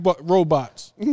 robots